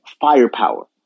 firepower